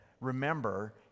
remember